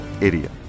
idiot